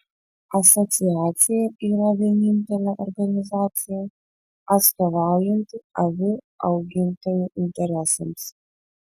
asociacija yra vienintelė organizacija atstovaujanti avių augintojų interesams